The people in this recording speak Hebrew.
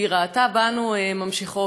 והיא ראתה בנו ממשיכות.